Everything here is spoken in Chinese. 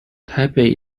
台北